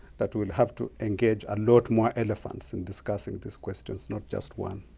that we'll have to engage a lot more elephants in discussing this question, not just one.